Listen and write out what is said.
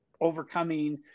overcoming